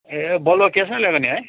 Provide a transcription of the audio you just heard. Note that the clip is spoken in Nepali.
ए बलुवा क्यासमा ल्याएको नि है